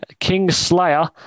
Kingslayer